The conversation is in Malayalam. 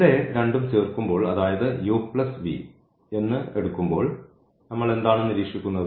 ഇവ രണ്ടും ചേർക്കുമ്പോൾ അതായത് എന്ന് എടുക്കുമ്പോൾ നമ്മൾ എന്താണ് നിരീക്ഷിക്കുന്നത്